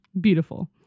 Beautiful